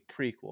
prequel